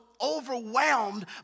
overwhelmed